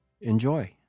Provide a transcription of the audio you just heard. enjoy